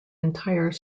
entire